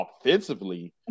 offensively